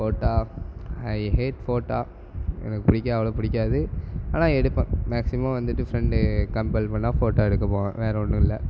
photo I hate photo எனக்கு பிடிக்காது அவ்வளோவா பிடிக்காது ஆனால் எடுப்பேன் மேக்ஸிமம் வந்துட்டு ஃப்ரெண்டு கம்பல் பண்ணால் ஃபோட்டா எடுக்கப் போவேன் வேற ஒன்றும் இல்லை